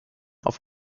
auf